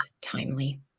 timely